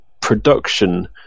production